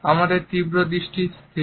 আমাদের তীব্র দৃষ্টি স্থির